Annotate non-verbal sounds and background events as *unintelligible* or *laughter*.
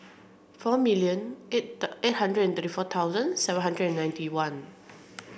four million eight *unintelligible* eight hundred and thirty four thousand seven hundred and ninety one